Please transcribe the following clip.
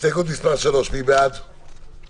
הסתייגות מס' 3 מי בעד ההסתייגות?